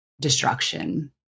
destruction